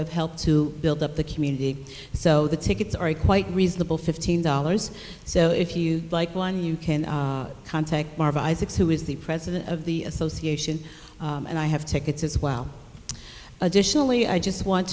have helped to build up the community so the tickets are a quite reasonable fifteen dollars so if you like one you can contact barb isaacs who is the president of the association and i have tickets as well additionally i just want